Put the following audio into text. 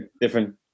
different